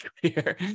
clear